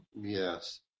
Yes